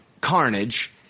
Carnage